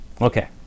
Okay